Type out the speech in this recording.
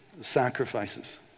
sacrifices